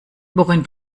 worin